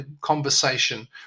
conversation